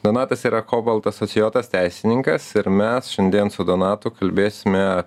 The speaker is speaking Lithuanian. donatas yra kobalt asocijuotas teisininkas ir mes šiandien su donatu kalbėsime